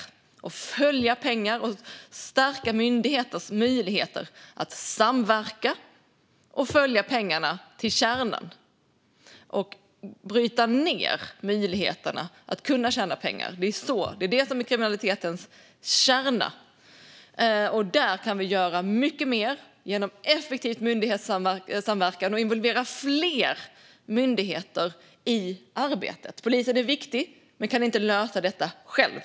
Vi behöver följa pengarna och stärka myndigheters möjligheter att samverka och följa pengarna till kärnan för att bryta ned möjligheterna att kunna tjäna pengar, för det är det som är kriminalitetens kärna. Där kan vi göra mycket mer genom effektiv myndighetssamverkan och genom att involvera fler myndigheter i arbetet. Polisen är viktig men kan inte lösa detta själv.